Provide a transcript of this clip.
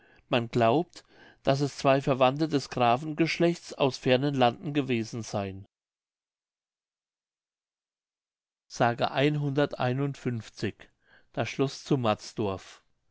man glaubt daß es zwei verwandte des grafengeschlechts aus fernen landen gewesen seien das schloß zu